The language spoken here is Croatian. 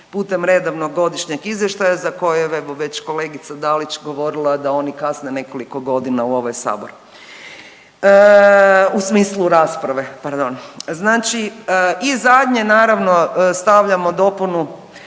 putem redovnog godišnjeg izvještaja za koje je evo već kolegica Dalić govorila da oni kasne nekoliko godina u ovaj sabor, u smislu rasprave, pardon. Znači, i zadnje naravno stavljamo dopunu